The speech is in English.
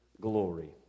glory